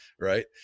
right